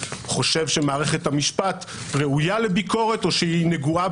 חושב שמערכת המשפט ראויה לביקורת או שהיא נגועה